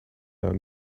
down